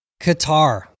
Qatar